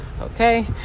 okay